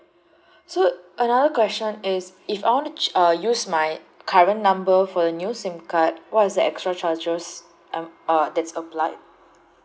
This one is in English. so another question is if I want to uh use my current number for the new SIM card what is the extra charges um uh that's applied